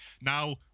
Now